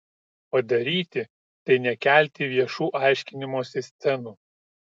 padaryti tai nekelti viešų aiškinimosi scenų